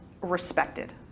respected